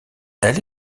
elle